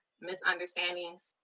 misunderstandings